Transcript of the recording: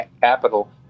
capital